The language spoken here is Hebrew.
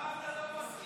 למה אתה לא מסכים